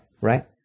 right